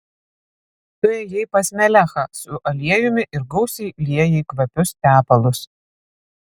tu ėjai pas melechą su aliejumi ir gausiai liejai kvapius tepalus